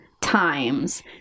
times